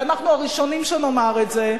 ואנחנו הראשונים שנאמר את זה.